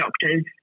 doctors